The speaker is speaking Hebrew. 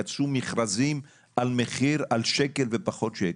יצאו מכרזים על מחיר, על שקל ופחות שקל.